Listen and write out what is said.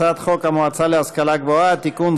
הצעת חוק המועצה להשכלה גבוהה (תיקון,